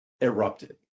erupted